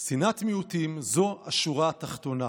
שנאת מיעוטים, זו השורה התחתונה.